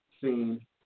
seen